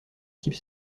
type